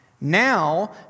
Now